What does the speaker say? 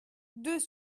deux